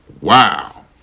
Wow